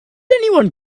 anyone